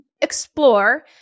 explore